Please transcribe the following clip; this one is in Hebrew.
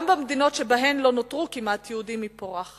גם במדינות שבהן כמעט שלא נותרו יהודים היא פורחת.